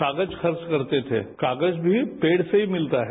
कागज खर्च करते थे कागज भी पेड़ से ही मिलता है